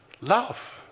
Love